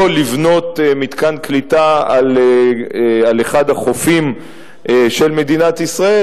לבנות מתקן קליטה על אחד החופים של מדינת ישראל,